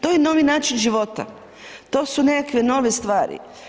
To je novi način života, to su nekakve nove stvari.